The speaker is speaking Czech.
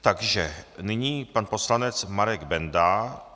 Takže nyní pan poslanec Marek Benda.